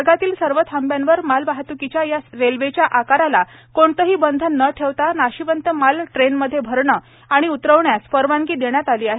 मार्गातील सर्व थांब्यांवर मालवाहत्कीच्या या रेल्वेच्या आकाराला कोणतेही बंधन न ठेवता नाशिवंत माल ट्रेनमध्ये भरणे आणि उतरवण्याला परवानगी देण्यात आली आहे